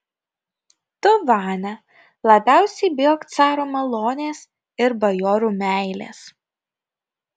tu vania labiausiai bijok caro malonės ir bajorų meilės